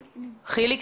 ולכן חסר לי כאן